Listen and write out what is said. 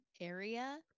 area